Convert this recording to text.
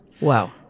Wow